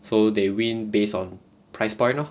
so they win based on price point lor